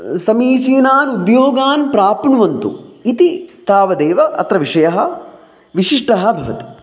समीचीनान् उद्योगान् प्राप्नुवन्तु इति तावदेव अत्र विषयः विशिष्टः भवति